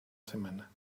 semana